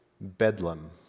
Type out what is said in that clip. bedlam